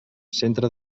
centre